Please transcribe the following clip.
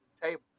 tables